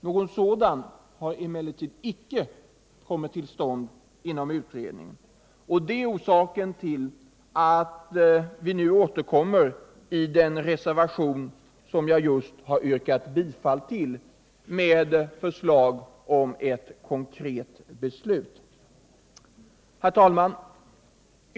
Någon sådan har emellertid icke kommit till stånd inom utredningen, och det är orsaken till att vi nu i den reservation som jag just har yrkat bifall till återkommer med förslag till konkret beslut. Herr talman!